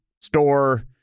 store